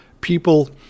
People